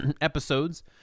episodes